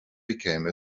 became